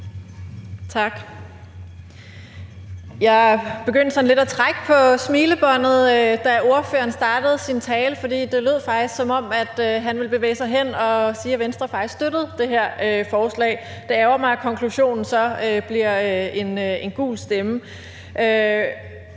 Tak. Jeg begyndte at trække lidt på smilebåndet, da ordføreren startede sin tale, for det lød faktisk, som om han ville bevæge sig hen til at sige, at Venstre støttede det her forslag. Det ærgrer mig, at konklusionen så bliver en gul stemme.